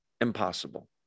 Impossible